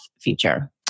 future